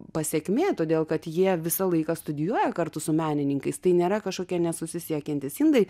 pasekmė todėl kad jie visą laiką studijuoja kartu su menininkais tai nėra kažkokie nesusisiekiantys indai